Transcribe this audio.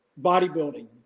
bodybuilding